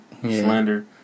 Slender